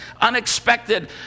unexpected